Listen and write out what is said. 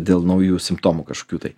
dėl naujų simptomų kažkokių tai